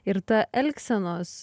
ir ta elgsenos